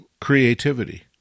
creativity